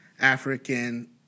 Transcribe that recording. African